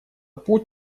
путь